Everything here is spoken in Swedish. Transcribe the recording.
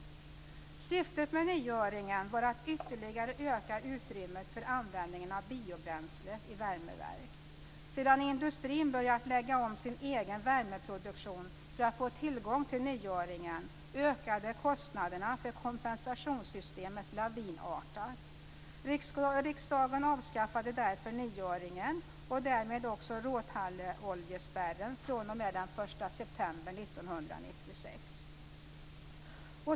Syftet med nioöringen var att ytterligare öka utrymmet för användningen av biobränsle i värmeverk. Sedan industrin börjat lägga om sin egen värmeproduktion för att få tillgång till nioöringen, ökade kostnaderna för kompensationssystemet lavinartat. Riksdagen avskaffade därför nioöringen och därmed också råtalloljespärren den 1 september 1996.